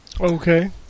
Okay